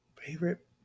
favorite